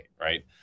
right